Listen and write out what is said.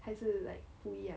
还是 like 不一样